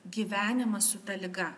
gyvenimas su ta liga